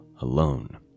alone